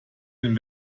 den